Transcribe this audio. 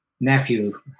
nephew